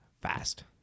fast